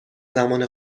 زمان